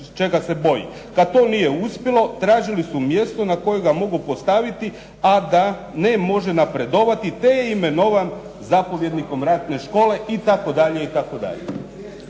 Kada to nije uspjelo tražili su mjesto na kojega mogu postaviti, a da ne može napredovati, te je imenovan zapovjednikom ratne škole" itd.,